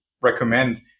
recommend